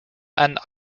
and